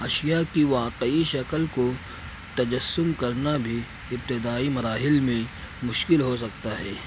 اشیاء کی واقعی شکل کو تجسل کرنا بھی ابتدائی مراحل میں مشکل ہو سکتا ہے